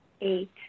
eight